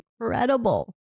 incredible